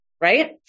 right